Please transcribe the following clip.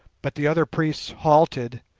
but the other priests halted,